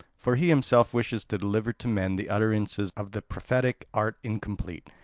for he himself wishes to deliver to men the utterances of the prophetic art incomplete,